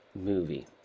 movie